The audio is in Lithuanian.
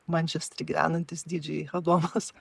mančestery gyvenantis didžėj adomas